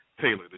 tailored